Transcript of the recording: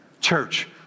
Church